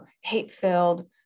hate-filled